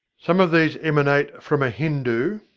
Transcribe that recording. some of these emanate from a hindu,